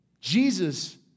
Jesus